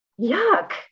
yuck